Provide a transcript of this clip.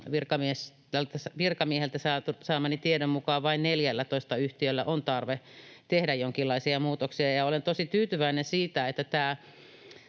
virkamieheltä saamani tiedon mukaan tällä hetkellä vain 14 yhtiöllä on tarve tehdä jonkinlaisia muutoksia. Olen tosi tyytyväinen siitä, että tässä